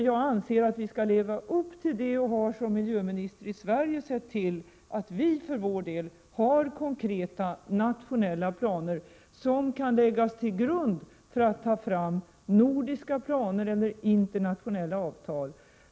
Jag anser att vi skall leva upp till det och har som miljöminister i Sverige sett till att vi för vår del har konkreta nationella planer, som kan läggas till grund för framtagande av nordiska planer eller internationella avtal.